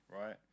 right